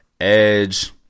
Edge